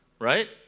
right